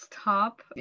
stop